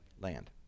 Land